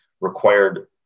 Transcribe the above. required